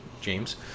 James